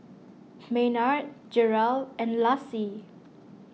Maynard Jerel and Lassie